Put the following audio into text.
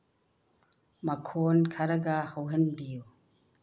ꯃꯈꯣꯟ ꯈꯔꯒ ꯍꯧꯍꯟꯕꯤꯌꯨ